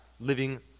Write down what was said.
living